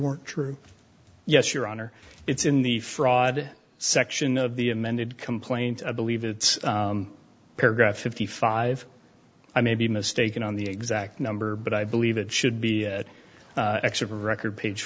weren't true yes your honor it's in the fraud section of the amended complaint i believe it's paragraph fifty five i may be mistaken on the exact number but i believe it should be ex of record page